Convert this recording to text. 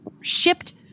shipped